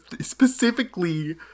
Specifically